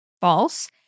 false